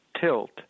tilt